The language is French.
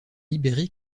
libéré